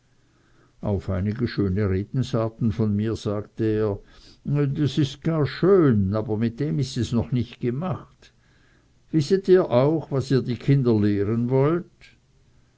auf einige schöne redensarten von mir sagte er das ist gar schön aber mit dem ist es noch nicht gemacht wisset ihr auch was ihr die kinder lehren sollt